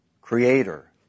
creator